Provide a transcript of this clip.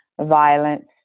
violence